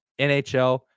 nhl